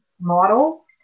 model